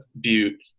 Butte